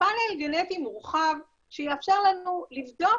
פאנל גנטי מורחב שיאפשר לנו לבדוק